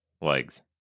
legs